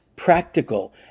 practical